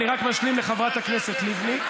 אני רק משלים לחברת הכנסת לבני,